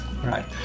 right